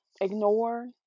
ignore